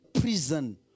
Prison